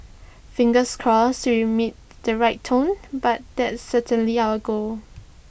fingers crossed we meet the right tone but that's certainly our goal